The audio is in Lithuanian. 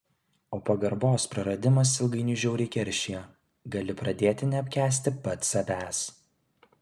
o pagarbos praradimas ilgainiui žiauriai keršija gali pradėti neapkęsti pats savęs